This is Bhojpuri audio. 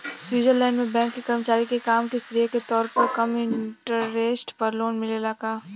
स्वीट्जरलैंड में बैंक के कर्मचारी के काम के श्रेय के तौर पर कम इंटरेस्ट पर लोन मिलेला का?